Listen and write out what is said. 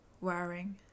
wearing